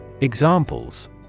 Examples